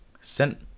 sent